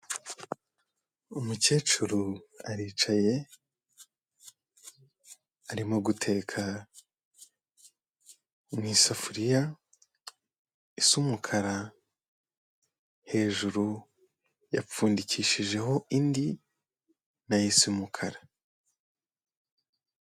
Umukecuru aricaye arimo guteka mu isafuriya isa umukara, hejuru yapfundikishijeho indi nayo isa umukara.